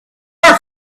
sore